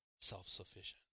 self-sufficient